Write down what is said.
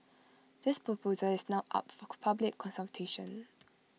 this proposal is now up for public consultation